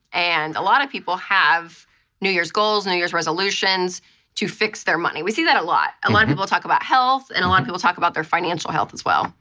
and a lot of people have new year's goals, new year's resolutions to fix their money. we see that a lot. a lot of people talk about health, and a lot of people talk about their financial health as well.